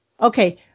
Okay